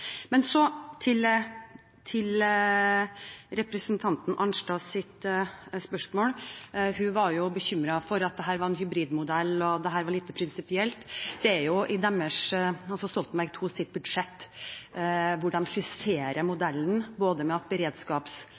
Men så til representanten Arnstads spørsmål. Hun var bekymret for at dette var en hybridmodell, og at det var lite prinsipielt. Det er jo et Stoltenberg II-budsjett, hvor de skisserer modellen, både med beredskapsorganisasjonene som skal trekkes ut, og at